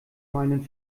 meinen